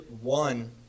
one